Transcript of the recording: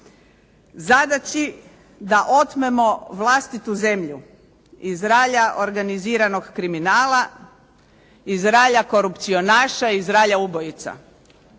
zadaći da otmemo vlastitu zemlju iz ralja organiziranog kriminala, iz ralja korupcionaša, iz ralja ubojica.